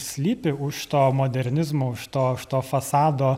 slypi už to modernizmo už to už to fasado